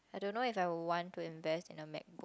I don't know if I would want to invest in a MacBook